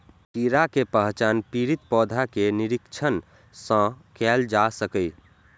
कीड़ा के पहचान पीड़ित पौधा के निरीक्षण सं कैल जा सकैए